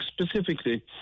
specifically